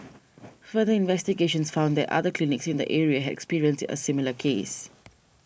further investigations found that other clinics in the area had experienced a similar case